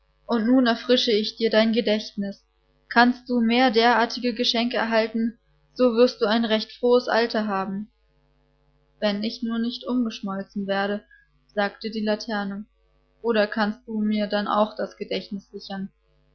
und nun erfrische ich dir dein gedächtnis kannst du mehr derartige geschenke erhalten so wirst du ein recht frohes alter haben wenn ich nur nicht umgeschmolzen werde sagte die laterne oder kannst du mir dann auch das gedächtnis